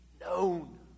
known